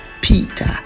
peter